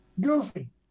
Goofy